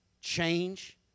change